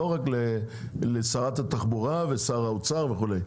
ולא רק לשרת התחבורה ולשר האוצר וכולי.